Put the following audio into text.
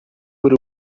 por